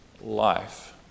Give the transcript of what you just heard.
life